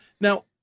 Now